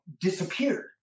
disappeared